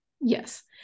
Yes